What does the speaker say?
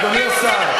אדוני השר.